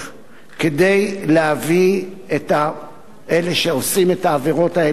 כדי להביא את אלה שעושים את העבירות האלה לדין.